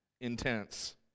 Intense